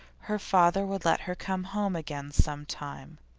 her father would let her come home again sometime.